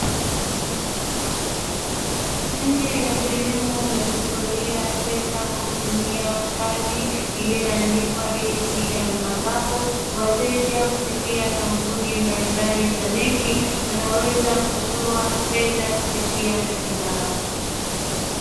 Nje ya sehemu ya kutolea fedha kwa kutumia kadi iliyoandikwa ATM ambapo wateja kupitia kampuni mbalimbali za benki wanaweza kutoa fedha kupitia kadi zao.